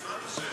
בעזרת השם.